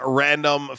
random